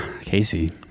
Casey